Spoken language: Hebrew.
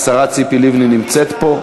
לרשום לפרוטוקול שהשר נפתלי בנט הצביע בעד,